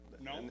No